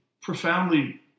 profoundly